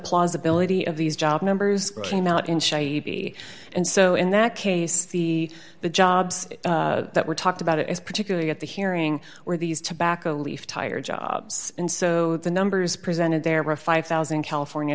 plausibility of these job numbers came out in shady and so in that case the the jobs that were talked about is particularly at the hearing where these tobacco leaf tire jobs and so the numbers presented there were five thousand california i